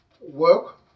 work